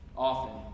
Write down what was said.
often